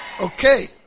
okay